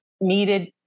needed